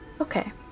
Okay